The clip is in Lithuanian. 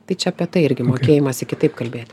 tai čia apie tai irgi mokėjimąsi kitaip kalbėt